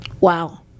Wow